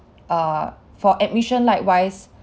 err for admission likewise